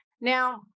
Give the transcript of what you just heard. Now